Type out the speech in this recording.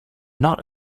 not